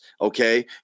Okay